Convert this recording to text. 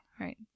Right